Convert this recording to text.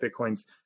Bitcoin's